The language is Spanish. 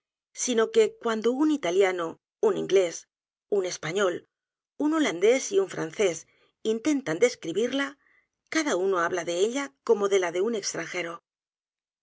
sino que cuando un italiano un inglés u n español un holandés y un francés intentan describirla cada uno habla de ella como de la de un extranjero